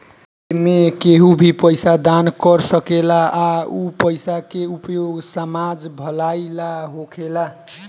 एमें केहू भी पइसा दान कर सकेला आ उ पइसा के उपयोग समाज भलाई ला होखेला